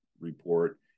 report